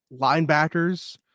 linebackers